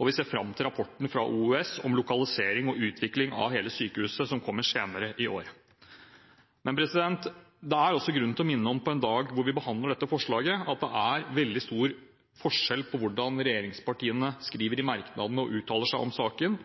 og vi ser fram til rapporten fra OUS om lokalisering og utvikling av hele sykehuset, som kommer senere i år. Det er også grunn til å minne om på en dag hvor vi behandler dette forslaget, at det er veldig stor forskjell på regjeringspartiene med hensyn til hva de skriver i merknadene og hvordan de uttaler seg om saken,